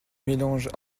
mélangent